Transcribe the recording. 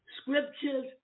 scriptures